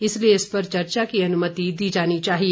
इसलिए इस पर चर्चा की अनुमति दी जानी चाहिए